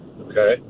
Okay